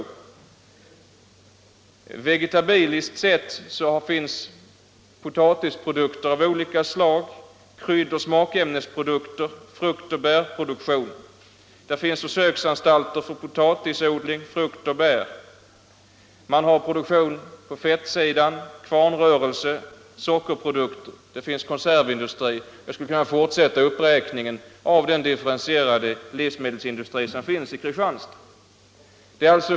Vad vegetabilier beträffar tillverkas potatisprodukter av olika slag, kryddoch smakämnesprodukter samt fruktoch bärprodukter. Det finns försöksanstalter för potatis-, fruktoch bärodling. Där förekommer tillverkning av fettprodukter, kvarnrörelse, sockerproduktion och konservindustri. Jag skulle kunna fortsätta uppräkningen av den differentierade livsmedelsindustri som finns i Kristianstad.